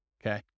Okay